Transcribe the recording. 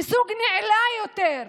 מסוג נעלה יותר,